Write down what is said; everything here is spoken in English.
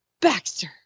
Baxter